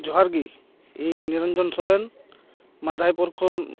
ᱡᱚᱦᱟᱨᱜᱮ ᱤᱧ ᱱᱤᱨᱚᱧᱡᱚᱱ ᱥᱚᱨᱮᱱ ᱢᱟᱫᱷᱟᱭᱯᱩᱨ ᱠᱷᱚᱱ